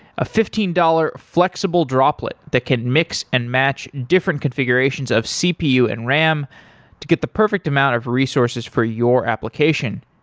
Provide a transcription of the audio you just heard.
a fifteen dollars flexible droplet that can mix and match different configurations of cpu and ram to get the perfect amount of resources for your application.